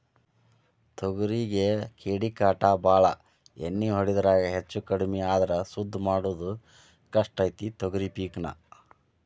ತೊಗರಿಗೆ ಕೇಡಿಕಾಟ ಬಾಳ ಎಣ್ಣಿ ಹೊಡಿದ್ರಾಗ ಹೆಚ್ಚಕಡ್ಮಿ ಆದ್ರ ಸುದ್ದ ಮಾಡುದ ಕಷ್ಟ ಐತಿ ತೊಗರಿ ಪಿಕ್ ನಾ